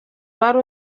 wari